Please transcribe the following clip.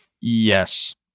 Yes